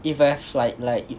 if you have like like